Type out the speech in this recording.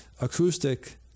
acoustic